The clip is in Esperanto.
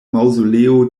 maŭzoleo